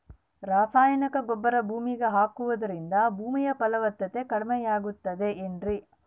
ರಾಸಾಯನಿಕ ಗೊಬ್ಬರ ಭೂಮಿಗೆ ಹಾಕುವುದರಿಂದ ಭೂಮಿಯ ಫಲವತ್ತತೆ ಕಡಿಮೆಯಾಗುತ್ತದೆ ಏನ್ರಿ?